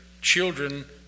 children